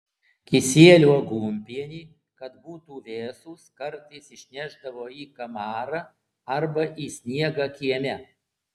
kisielių aguonpienį kad būtų vėsūs kartais išnešdavo į kamarą arba į sniegą kieme